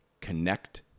connect